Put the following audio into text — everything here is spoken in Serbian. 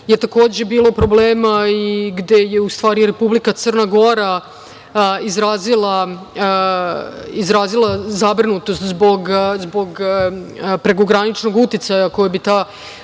je takođe bilo problema i gde je, u stvari, Republika Crna Gora izrazila zabrinutost zbog prekograničnog uticaja koji bi te